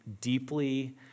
deeply